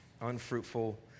unfruitful